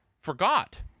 forgot